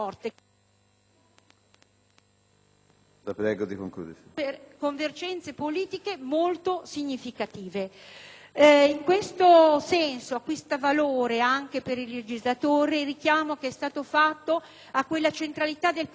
la prego di concludere.